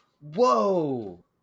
Whoa